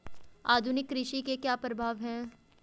आधुनिक कृषि के क्या प्रभाव हैं?